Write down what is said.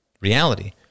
reality